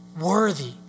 worthy